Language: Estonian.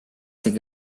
tegi